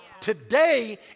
Today